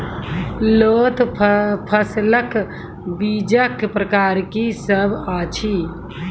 लोत फसलक बीजक प्रकार की सब अछि?